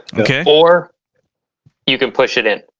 or you can push it in.